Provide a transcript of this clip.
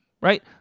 right